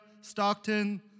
Stockton